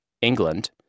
England